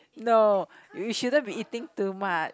no you shouldn't be eating too much